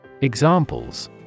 Examples